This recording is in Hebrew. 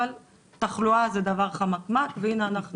אבל תחלואה זה דבר חמקמק והנה אנחנו